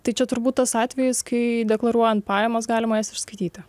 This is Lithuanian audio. tai čia turbūt tas atvejis kai deklaruojant pajamas galima išskaityti